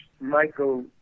Michael